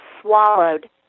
swallowed